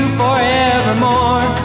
forevermore